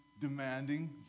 demanding